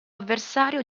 avversario